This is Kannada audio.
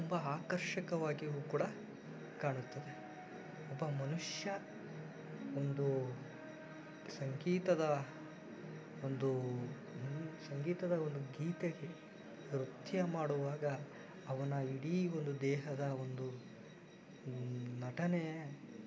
ತುಂಬ ಆಕರ್ಷಕವಾಗಿಯೂ ಕೂಡ ಕಾಣುತ್ತದೆ ಒಬ್ಬ ಮನುಷ್ಯ ಒಂದು ಸಂಗೀತದ ಒಂದು ಸಂಗೀತದ ಒಂದು ಗೀತೆಗೆ ನೃತ್ಯ ಮಾಡುವಾಗ ಅವನ ಇಡೀ ಒಂದು ದೇಹದ ಒಂದು ನಟನೆ